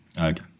Okay